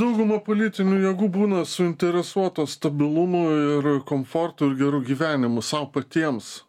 dauguma politinių jėgų būna suinteresuotos stabilumu ir komfortu geru gyvenimu sau patiems